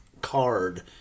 card